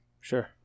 Sure